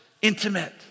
Intimate